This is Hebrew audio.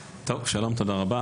שלום, תודה רבה.